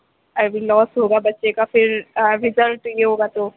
ابھی لاس ہو گا بچے کا پھر ابھی ریجلٹ یہ ہوگا تو